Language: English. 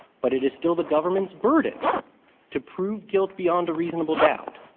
but it is still the government's burden to prove guilt beyond a reasonable doubt.